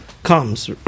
comes